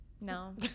No